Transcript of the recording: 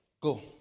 go